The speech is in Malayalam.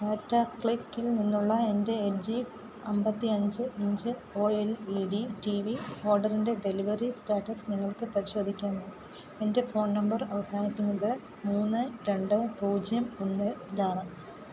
ടാറ്റ ക്ലിക്കിൽ നിന്നുള്ള എന്റെ എൽ ജി അമ്പത്തി അഞ്ച് inch O L E D T V ഓർഡറിന്റെ ഡെലിവറി സ്റ്റാറ്റസ് നിങ്ങൾക്ക് പരിശോധിക്കാമോ എന്റെ ഫോൺ നമ്പർ അവസാനിക്കുന്നത് മൂന്ന് രണ്ട് പൂജ്യം ഒന്നിലാണ്